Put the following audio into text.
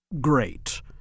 great